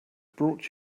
brought